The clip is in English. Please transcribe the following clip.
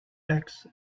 axe